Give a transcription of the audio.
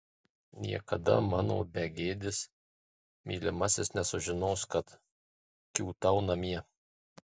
niekada mano begėdis mylimasis nesužinos kad kiūtau namie